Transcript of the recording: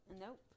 Nope